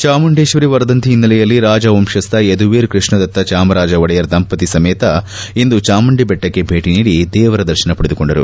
ಚಾಮುಂಡೇಶ್ವರಿ ವರ್ಧಂತಿ ಹಿನ್ನೆಲೆಯಲ್ಲಿ ರಾಜವಂಶಸ್ಥ ಯದುವೀರ್ ಕೈಷ್ಣದತ್ತ ಚಾಮರಾಜ ಒಡೆಯರ್ ದಂಪತಿ ಸಮೇತ ಇಂದು ಚಾಮುಂಡಿ ಬೆಟ್ಟಕ್ಕೆ ಭೇಟಿ ನೀಡಿ ದೇವರ ದರ್ಶನ ಪಡೆದುಕೊಂಡರು